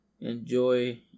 enjoy